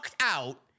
out